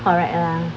correct ah